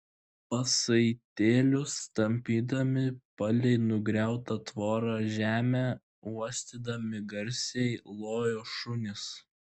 pasaitėlius tampydami palei nugriautą tvorą žemę uostydami garsiai lojo šunys